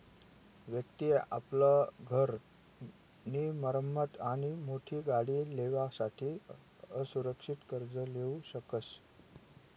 व्यक्ति आपला घर नी मरम्मत आणि मोठी गाडी लेवासाठे असुरक्षित कर्ज लीऊ शकस